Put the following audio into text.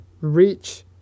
reach